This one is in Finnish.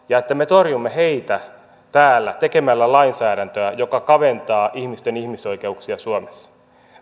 ja siitä että me torjumme heitä täällä tekemällä lainsäädäntöä joka kaventaa ihmisten ihmisoikeuksia suomessa